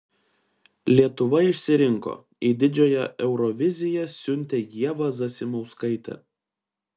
lietuva išsirinko į didžiąją euroviziją siuntė ievą zasimauskaitę